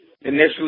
initially